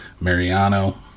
Mariano